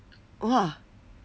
!wah!